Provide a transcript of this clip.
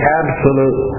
absolute